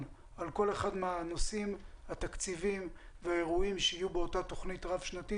על כל אחד מהנושאים התקציביים והאירועים שיהיו באותה תוכנית רב-שנתית,